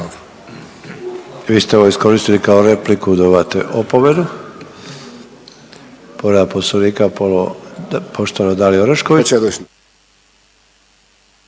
Vi ste ovo iskoristili kao repliku, dobivate opomenu. Povreda Poslovnika ponovo poštovana Dalija Orešković.